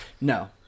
No